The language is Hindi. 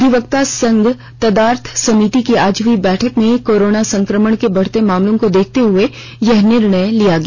अधिवक्ता संघ तदर्थ समिति की आज हई बैठक में कोरोना संक्रमण के बढ़ते मामलों को देखते हए यह निर्णय लिया गया